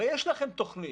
הרי יש לכם תוכנית.